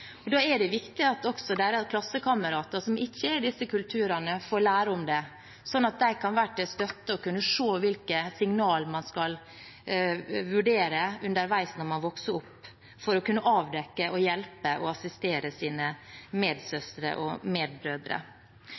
Da er det viktig at også deres klassekamerater, som ikke er i disse kulturene, får lære om det, slik at de kan være til støtte og kunne se hvilke signal man skal vurdere underveis når man vokser opp, for å kunne avdekke, hjelpe og assistere sine medsøstre og